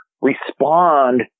respond